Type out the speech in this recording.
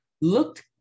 Looked